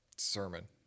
sermon